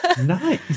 Nice